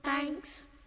Thanks